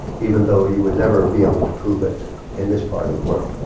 even though you would never be able to prove it in this part of the world.